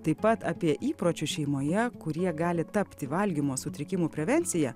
taip pat apie įpročius šeimoje kurie gali tapti valgymo sutrikimų prevencija